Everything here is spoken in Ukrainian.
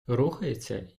рухається